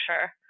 sure